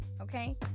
okay